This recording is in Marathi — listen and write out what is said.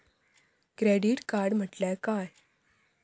क्रेडिट कार्ड म्हटल्या काय?